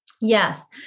Yes